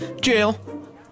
jail